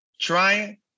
trying